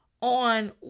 on